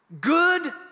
Good